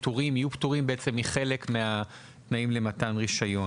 שיהיו פטורים מחלק מהתנאים למתן רישיון.